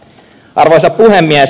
arvoisa puhemies